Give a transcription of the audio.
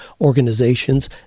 organizations